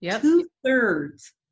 two-thirds